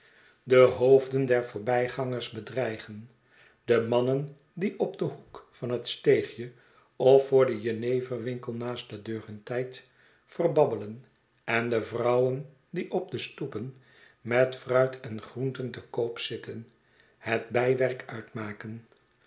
de hoofden der voorbijgangers bedreigen de mannen die op den hoek van het steegje of voor den jeneverwinkel naast de deur hun tijd verbabbelen en de vrouwen die op de stoepen met fruit en groenten te koop zitten het bijwerk uitmaken